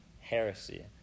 heresy